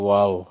Wow